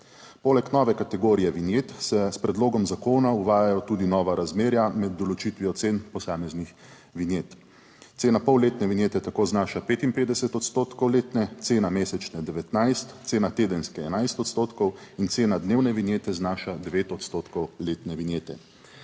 Poleg nove kategorije vinjet se s predlogom zakona uvajajo tudi nova razmerja med določitvijo cen posameznih vinjet. Cena polletne vinjete tako znaša 55 odstotkov letne, cena mesečne 19, cena tedenske 11 odstotkov in cena dnevne vinjete znaša 9 odstotkov letne vinjete.